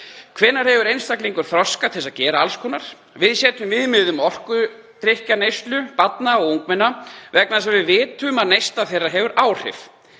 Hvenær hefur einstaklingur þroska til að gera alls konar? Við setjum viðmið um orkudrykkjaneyslu barna og ungmenna vegna þess að við vitum að slík neysla hefur áhrif.